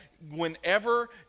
whenever